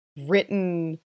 written